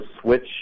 switch